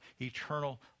eternal